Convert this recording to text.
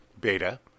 beta